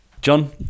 John